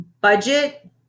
budget